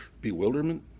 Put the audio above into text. bewilderment